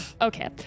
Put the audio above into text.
Okay